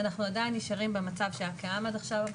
אנחנו עדיין נשארים במצב שהיה קיים עד עכשיו,